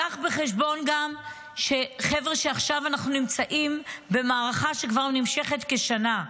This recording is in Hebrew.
גם ניקח בחשבון שעכשיו אנחנו נמצאים במערכה שנמשכת כבר כשנה.